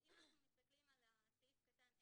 אם אנחנו מסתכלים על סעיף קטן (10)